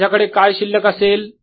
माझ्याकडे काय शिल्लक असेल